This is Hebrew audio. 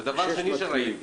ודבר שני שראיתי,